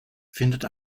findet